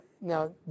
Now